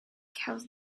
caused